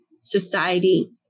society